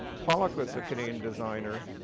pollock was a canadian designer.